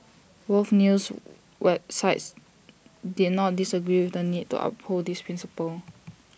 both news wide sites did not disagree with the need to uphold this principle